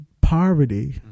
poverty